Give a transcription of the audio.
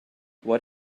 what